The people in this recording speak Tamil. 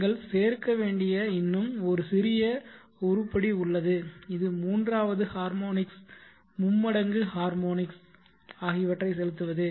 நீங்கள் சேர்க்க வேண்டிய இன்னும் ஒரு சிறிய உருப்படி உள்ளது இது மூன்றாவது ஹார்மோனிக்ஸ் மும்மடங்கு ஹார்மோனிக்ஸ் ஆகியவற்றை செலுத்துவது